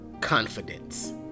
confidence